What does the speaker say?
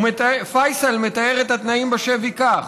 פייסל מתאר את התנאים בשבי כך: